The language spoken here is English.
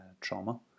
trauma